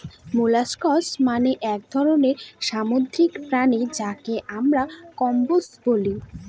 molluscs মানে এক ধরনের সামুদ্রিক প্রাণী যাকে আমরা কম্বোজ বলি